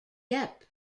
depp